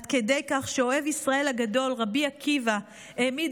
עד כדי כך שאוהב ישראל הגדול רבי עקיבא העמיד